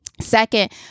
Second